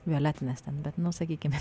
violetinės ten bet nu sakykime